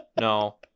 No